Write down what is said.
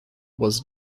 was